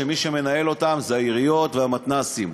שמי שמנהל אותן אלו העיריות והמתנ"סים.